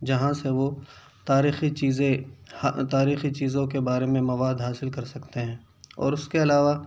جہاں سے وہ تاریخی چیزیں تاریخی چیزوں کے بارے میں مواد حاصل کر سکتے ہیں اور اس کے علاوہ